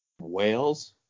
Wales